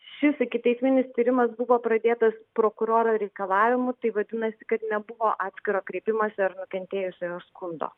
šis ikiteisminis tyrimas buvo pradėtas prokuroro reikalavimu tai vadinasi kad nebuvo atskiro kreipimosi ar nukentėjusiojo skundo